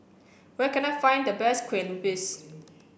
where can I find the best Kue Lupis